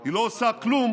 היא לא עושה כלום